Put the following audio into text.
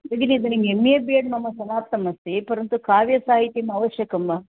भगिनि इदानीम् M A B Ed मम समाप्तमस्ति परन्तु काव्यसाहित्यम् आवश्यकं वा